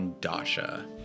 Dasha